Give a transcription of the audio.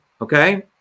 okay